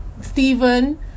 Stephen